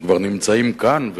שכבר נמצאים כאן,